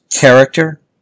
character